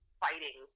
fighting